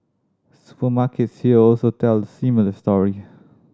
supermarkets here also tell a similar story